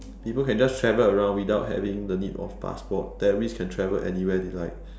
people can just travel around without having the need of passport terrorists can travel anywhere they like